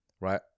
right